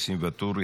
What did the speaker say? ניסים ואטורי,